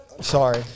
Sorry